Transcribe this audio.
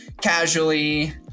casually